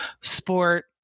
sport